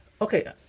Okay